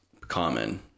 common